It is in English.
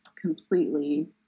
completely